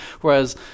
Whereas